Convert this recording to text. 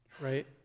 right